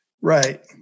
Right